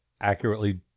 accurately